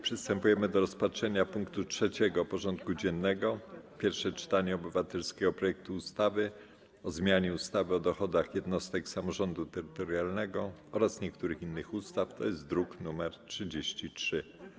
Przystępujemy do rozpatrzenia punktu 3. porządku dziennego: Pierwsze czytanie obywatelskiego projektu ustawy o zmianie ustawy o dochodach jednostek samorządu terytorialnego oraz niektórych innych ustaw (druk nr 33)